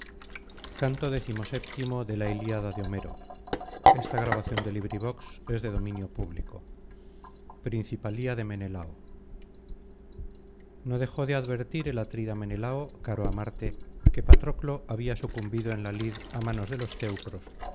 principalía de menelao i no dejó de advertir el atrida menelao caro á marte que patroclo había sucumbido en la lid á manos de los teucros